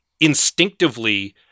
instinctively